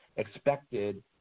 expected